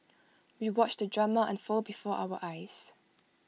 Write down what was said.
we watched the drama unfold before our eyes